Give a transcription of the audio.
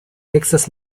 texas